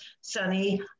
sunny